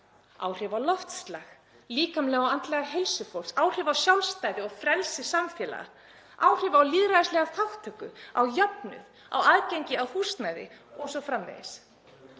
áhrif á loftslag, líkamlega og andlega heilsu fólks, áhrif á sjálfstæði og frelsi samfélaga, áhrif á lýðræðislega þátttöku, á jöfnuð, á aðgengi að húsnæði o.s.frv.